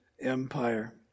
Empire